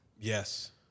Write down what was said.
yes